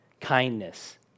kindness